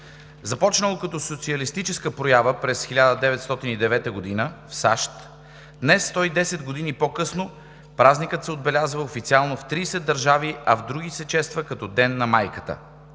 Започнал като социалистическа проява през 1909 г. в САЩ, днес – 110 години по-късно, празникът се отбелязва официално в 30 държави, а в други се чества като Ден на майката.